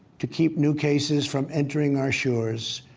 to keep new cases from entering our shores,